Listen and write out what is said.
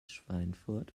schweinfurt